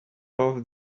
off